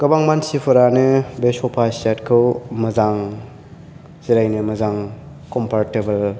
गोबां मानसिफोरानो बे स'फा सेत खौ मोजां जिरायनो मोजां कम्फ'र्टेबोल